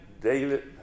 David